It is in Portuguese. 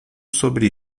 sobre